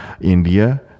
india